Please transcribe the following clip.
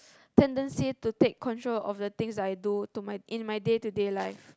tendency to take controls of the things that I do to my in my day to day life